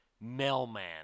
mailman